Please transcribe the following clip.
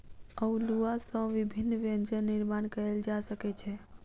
अउलुआ सॅ विभिन्न व्यंजन निर्माण कयल जा सकै छै